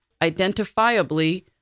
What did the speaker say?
identifiably